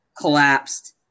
collapsed